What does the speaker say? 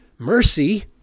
Mercy